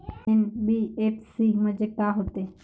NBFC म्हणजे का होते?